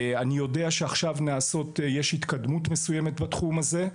אני יודע שעכשיו יש ניסיונות לעשות התקדמות מסוימת בתחום הזה,